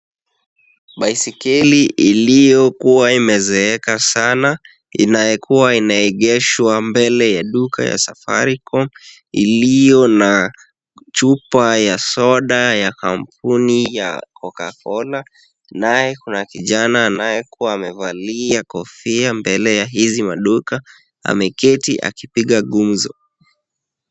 Baiskeli iliyokuwa imezeeka sana, inayekuwa inaegeshwa mbele ya duka ya safaricom, iliyo na chupa ya soda ya kampuni ya cocacola. Naye kuna kijana anayekuwa amevalia kofia mbele ya hizi maduka, ameketi akipiga gumzo.